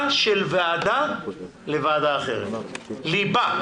ליבה של ועדה לוועדה אחרת ליבה